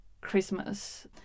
Christmas